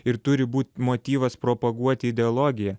ir turi būt motyvas propaguot ideologiją